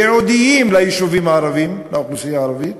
ייעודיים, ליישובים הערביים, לאוכלוסייה הערבית,